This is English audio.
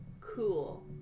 cool